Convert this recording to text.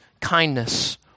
kindness